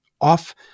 off